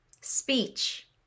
Speech